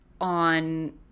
on